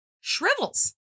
shrivels